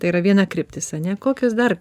tai yra viena kryptis ane kokios dar